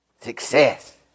Success